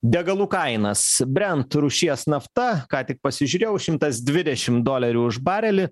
degalų kainas brent rūšies nafta ką tik pasižiūrėjau šimtas dvidešim dolerių už barelį